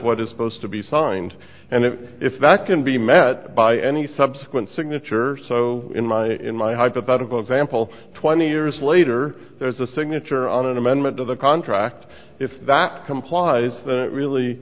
what is supposed to be signed and if that can be met by any subsequent signature so in my in my hypothetical example twenty years later there's a signature on an amendment to the contract that complies that really